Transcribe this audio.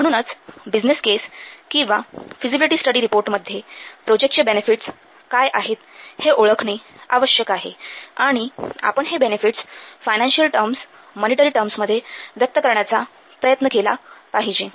म्हणूनच business case किंवा feasible study रिपोर्टमध्ये प्रोजेक्टचे बेनेफिट्स काय आहेत हे ओळखणे आवश्यक आहे आणि आपण हे benefits financial terms monetary terms मध्ये व्यक्त करण्याचा प्रयत्न केला पाहिजे